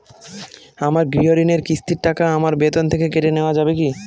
আমার গৃহঋণের কিস্তির টাকা আমার বেতন থেকে কেটে নেওয়া যাবে কি?